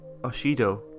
Oshido